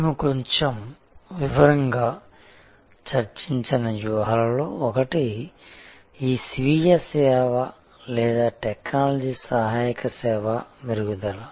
మేము కొంచెం వివరంగా చర్చించిన వ్యూహాలలో ఒకటి ఈ స్వీయ సేవ లేదా టెక్నాలజీ సహాయక సేవ మెరుగుదల